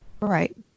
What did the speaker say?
Right